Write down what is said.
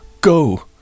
Go